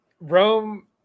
Rome